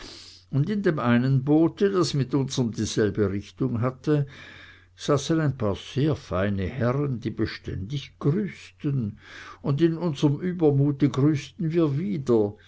und in dem einen boote das mit unsrem dieselbe richtung hatte saßen ein paar sehr feine herren die beständig grüßten und in unsrem übermute grüßten wir wieder